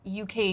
UK